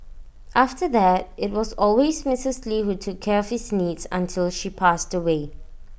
after that IT was always Mrs lee who took care of his needs until she passed away